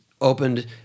opened